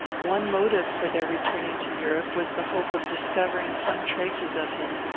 one motive for their returning to europe was the hope of discovering some traces of him,